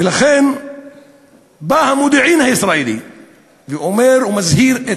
ולכן בא המודיעין הישראלי ואומר ומזהיר את